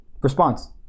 response